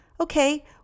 Okay